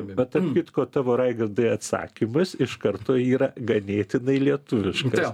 bet tarp kitko tavo raigardai atsakymas iš karto yra ganėtinai lietuviškas